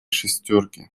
шестерки